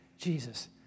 Jesus